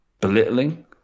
belittling